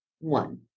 one